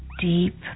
Deep